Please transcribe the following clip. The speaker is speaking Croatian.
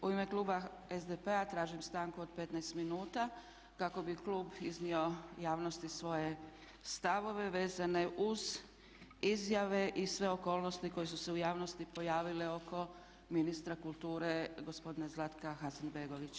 U ime kluba SDP-a tražim stanku od 15 minuta kako bi klub iznio javnosti svoje stavove vezane uz izjave i sve okolnosti koje su se u javnosti pojavile oko ministra kulture gospodina Zlatka Hasanbegovića.